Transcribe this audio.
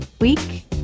Week